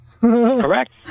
Correct